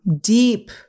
deep